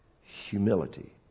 Humility